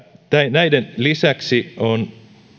näiden lisäksi on